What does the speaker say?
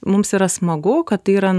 mums yra smagu kad tai yra